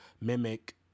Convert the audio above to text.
mimic